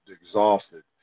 exhausted